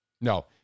No